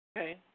Okay